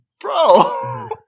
bro